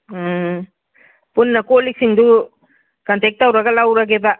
ꯎꯝ ꯄꯨꯟꯅ ꯀꯣꯜꯂꯤꯛꯁꯤꯡꯗꯨ ꯀꯟꯇꯦꯛ ꯇꯧꯔꯒ ꯂꯧꯔꯒꯦꯕ